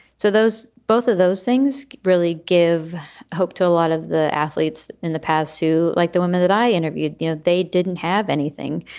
so those both of those things really give hope to a lot of the athletes in the past who like the women that i interviewed, you know, they didn't have anything.